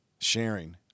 sharing